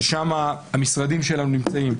ששם המשרדים שלנו נמצאים,